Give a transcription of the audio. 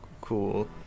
Cool